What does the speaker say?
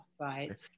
right